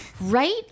right